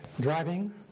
driving